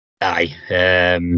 Aye